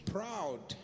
Proud